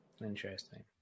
Interesting